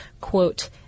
quote